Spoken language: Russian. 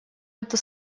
эту